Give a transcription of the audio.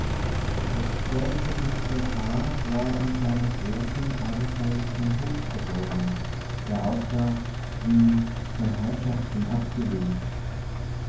das spärliche dunkle haar war unter einem großen abenteuerlichen hut verborgen der aussah wie von herrschaften abgelegt